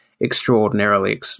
Extraordinarily